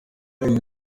yagize